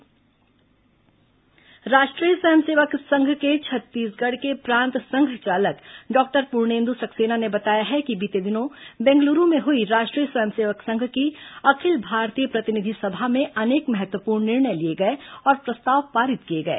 RSS Rashtriya Swayamsevak Sangh के छत्तीसगढ़ के प्रांत संघ चालक डॉक्टर पूर्णेन्दु सक्सेना ने बताया है कि बीते दिनों बेंगलूरू में हुई राष्ट्रीय स्वयं सेवक संघ की अखिल भारतीय प्रतिनिधि सभा में अनेक महत्वपूर्ण निर्णय लिए गए और प्रस्ताव पारित किए गए